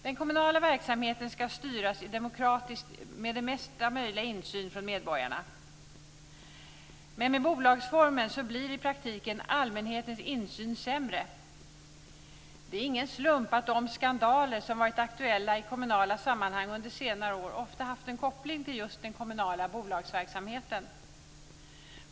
Den kommunala verksamheten ska styras demokratiskt med mesta möjliga insyn för medborgarna, men med bolagsformen blir i praktiken allmänhetens insyn sämre. Det är ingen slump att de skandaler som har varit aktuella i kommunala sammanhang under senare år ofta har haft en koppling till just den kommunala bolagsverksamheten.